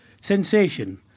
sensation